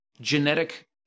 genetic